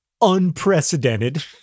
unprecedented